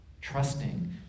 Trusting